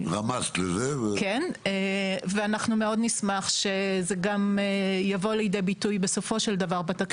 אנחנו מאוד נשמח שזה יבוא לידי ביטוי גם בתקציב.